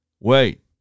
Wait